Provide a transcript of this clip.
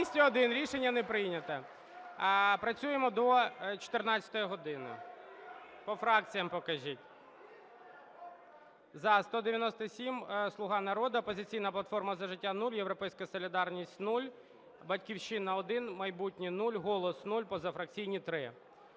За-201 Рішення не прийнято. Працюємо до 14 години. По фракціям покажіть. За – 197 – "Слуга народу", "Опозиційна платформа - За життя" – 0, "Європейська солідарність" – 0, "Батьківщина" – 1, "За майбутнє" – 0, "Голос" – 0, позафракційні – 3.